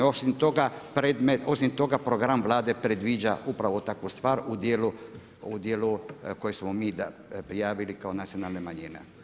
Osim toga, program Vlade predviđa upravo takvu stvar u dijelu koje smo mi prijavili kao nacionalne manjine.